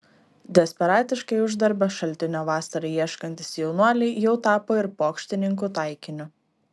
desperatiškai uždarbio šaltinio vasarai ieškantys jaunuoliai jau tapo ir pokštininkų taikiniu